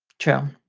true,